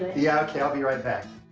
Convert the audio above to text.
yeah, okay. i'll be right back.